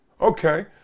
Okay